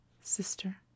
Sister